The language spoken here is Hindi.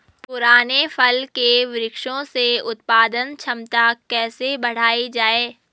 पुराने फल के वृक्षों से उत्पादन क्षमता कैसे बढ़ायी जाए?